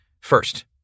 First